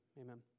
amen